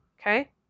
Okay